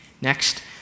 Next